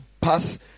pass